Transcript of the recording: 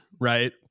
right